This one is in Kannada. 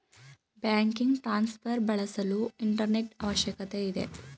ಬ್ಯಾಂಕಿಂಗ್ ಟ್ರಾನ್ಸ್ಫರ್ ಬಳಸಲು ಇಂಟರ್ನೆಟ್ ಅವಶ್ಯಕತೆ ಇದೆ